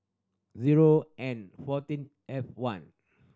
zero N fourteen F one